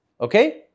Okay